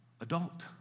adult